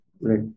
Right